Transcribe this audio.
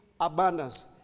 abundance